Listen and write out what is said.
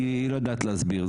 היא לא יודעת להסביר.